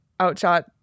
outshot